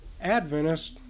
Adventists